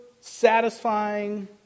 satisfying